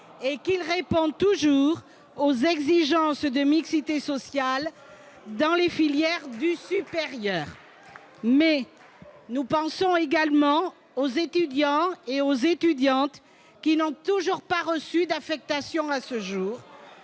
et qu'il répond toujours mieux aux exigences de mixité sociale dans les filières du supérieur ? Nous pensons également aux étudiants qui n'ont toujours pas reçu d'affectation à ce jour,